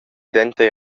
denter